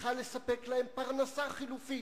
צריכה לספק להם פרנסה חלופית,